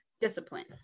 discipline